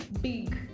big